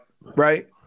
Right